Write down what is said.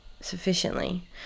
sufficiently